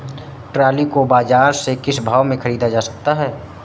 Trolley को बाजार से किस भाव में ख़रीदा जा सकता है?